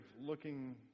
looking